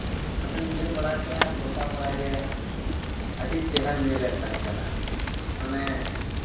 ᱟᱫᱚᱧ ᱧᱮᱞ ᱵᱟᱲᱟ ᱠᱮᱜᱼᱟ ᱜᱚᱴᱟ ᱯᱟᱲᱟᱜᱮ ᱟᱹᱰᱤ ᱪᱮᱦᱨᱟᱧ ᱧᱮᱞᱮᱫ ᱛᱟᱦᱮᱸ ᱠᱟᱱᱟ ᱢᱟᱱᱮ